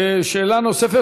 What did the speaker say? שאלה נוספת,